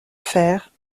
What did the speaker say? faire